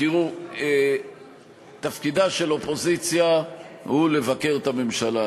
תראו, תפקידה של אופוזיציה הוא לבקר את הממשלה.